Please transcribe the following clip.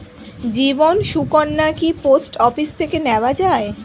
জীবন সুকন্যা কি post office থেকে নেওয়া যায়?